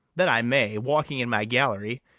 that i may, walking in my gallery,